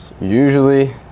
Usually